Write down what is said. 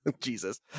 Jesus